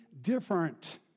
different